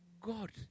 God